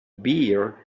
beer